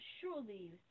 surely